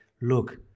look